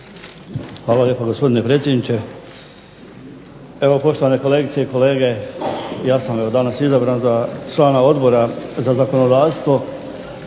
Hvala lijepa gospodine predsjedniče. Evo poštovane kolegice i kolege ja sam danas izabran za člana Odbora za zakonodavstvo